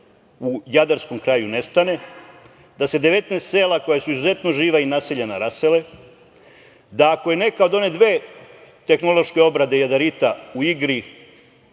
u Jadarskom kraju nestane, da se 19 sela koja su izuzetno živa i naseljena rasele, da ako je neka od one dve tehnološke obrade jadarita u igri